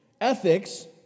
Ethics